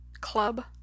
club